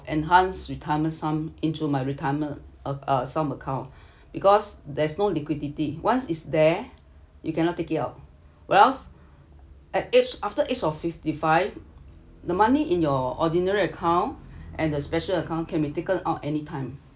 enhanced retirement sum into my retirement of uh some account because there's no liquidity once is there you cannot take it out wells at each after age of fifty five the money in your ordinary account and the special account can be taken out anytime